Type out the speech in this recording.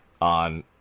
on